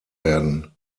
werden